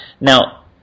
Now